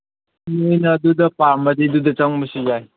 ꯅꯈꯣꯏꯅ ꯑꯗꯨꯗ ꯄꯥꯝꯂꯗꯤ ꯑꯗꯨꯗ ꯆꯪꯕꯁꯨ ꯌꯥꯏ